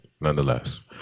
Nonetheless